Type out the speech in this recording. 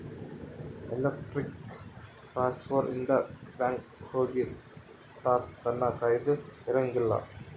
electronic transfer ಇಂದ bank ಹೋಗಿ ತಾಸ್ ತನ ಕಾಯದ ಇರಂಗಿಲ್ಲ